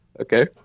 Okay